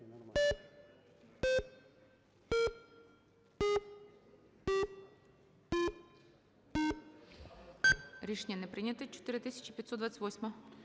Рішення не прийнято. 4525-а.